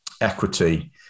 equity